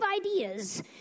ideas